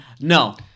No